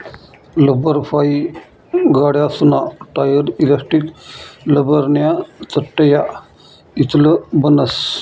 लब्बरफाइ गाड्यासना tyre, elastic, लब्बरन्या चटया इतलं बनस